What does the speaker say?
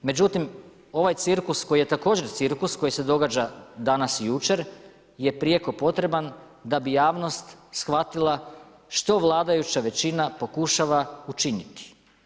Međutim, ovaj cirkus koji je također cirkus koji se događa danas i jučer je prijeko potreban da bi javnost shvatila što vladajuća većina pokušava učiniti.